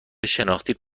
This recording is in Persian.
شناختی